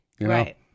Right